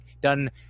done